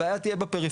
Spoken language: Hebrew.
הבעיה תהיה בפריפריה.